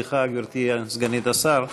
סליחה, גברתי סגנית השר,